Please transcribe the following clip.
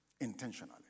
Intentionally